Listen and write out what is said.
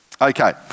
Okay